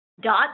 dot